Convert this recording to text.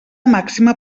màxima